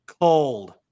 cold